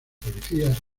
policías